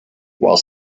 while